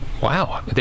Wow